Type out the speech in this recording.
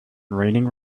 raining